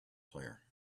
player